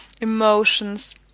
emotions